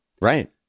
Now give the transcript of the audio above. right